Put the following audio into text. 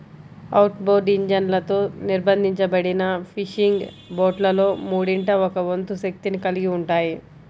outboard ఇంజన్లతో నిర్బంధించబడిన fishing బోట్లలో మూడింట ఒక వంతు శక్తిని కలిగి ఉంటాయి